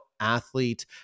Athlete